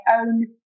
own